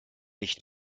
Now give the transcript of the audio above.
nicht